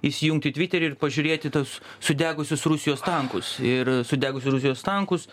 įsijungti tviterį ir pažiūrėti į tuos sudegusius rusijos tankus ir sudegusius rusijos tankus